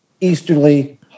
easterly